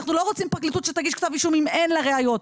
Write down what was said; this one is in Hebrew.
אנחנו לא רוצים פרקליטות שתגיש כתב אישום אם אין לה ראיות.